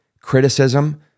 criticism